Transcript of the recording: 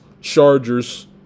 Chargers